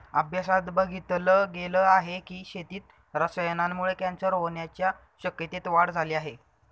अभ्यासात बघितल गेल आहे की, शेतीत रसायनांमुळे कॅन्सर होण्याच्या शक्यतेत वाढ झाली आहे